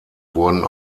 wurden